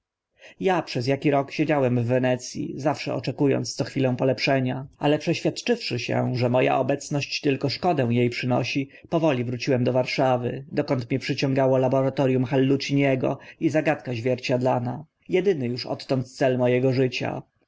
ja przez aki rok siedziałem w wenec i zawsze oczeku ąc co chwilę polepszenia ale przeświadczywszy się że mo a obecność tylko szkodę e przynosi powoli wróciłem do warszawy dokąd mię przyciągało laboratorium halluciniego i zagadka zwierciadlana edyny uż odtąd cel mo ego życia